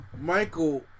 Michael